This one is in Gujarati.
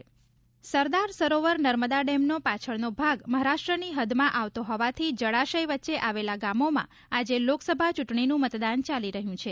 નર્મદા ડેમ મતદાન સરદાર સરોવર નર્મદા ડેમનો પાછળનો ભાગ મહારાષ્ટ્રની હદમાં આવતો હોવાથી જળાશય વચ્ચે આવેલા ગામોમાં આજે લોકસભા ચૂંટણીનું મતદાન ચાલી રહ્યું છે